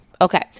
Okay